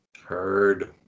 Heard